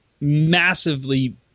massively